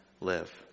live